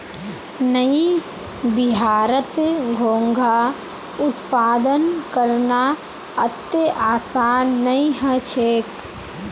नइ बिहारत घोंघा उत्पादन करना अत्ते आसान नइ ह छेक